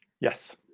Yes